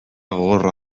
gogorra